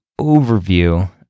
overview